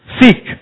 Seek